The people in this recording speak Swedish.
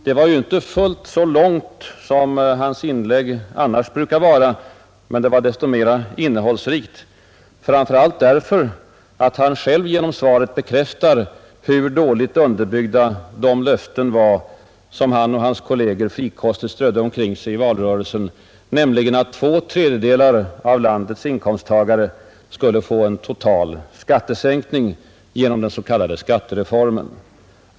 Det var ju inte fullt så långt som finansministerns inlägg annars brukar vara, men det var desto mera innehållsrikt, framför allt därför att finansministern själv genom svaret bekräftar hur dåligt underbyggda de löften var som han och hans kolleger frikostigt strödde omkring sig i valrörelsen, nämligen att två tredjedelar av landets inkomsttagare skulle få en total skattesänkning genom den s.k. skattereformen.